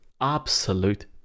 absolute